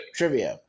Trivia